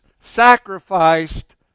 sacrificed